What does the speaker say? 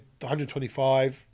125